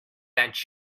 that